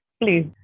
please